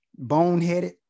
boneheaded